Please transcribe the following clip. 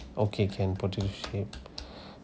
okay can potatoe shape